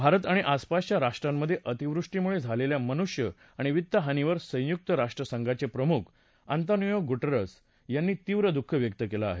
भारत आणि आसपासच्या राष्ट्रांमधे अतिवृष्टीमुळे झालेल्या मनुष्य आणि वित्तहानीवर संयुक राष्ट्रसंघाचे प्रमुख अँतोनियो गुटेरस यांनी तीव्र दुःख व्यक्त केलं आहे